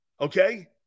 Okay